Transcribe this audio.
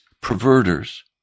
perverters